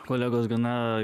kolegos gana